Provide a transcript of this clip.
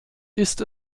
ist